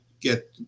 get